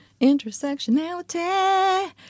Intersectionality